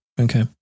Okay